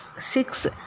six